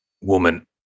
woman